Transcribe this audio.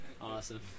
Awesome